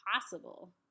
possible